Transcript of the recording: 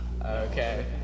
okay